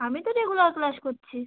আমি তো regular class করছি